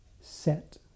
set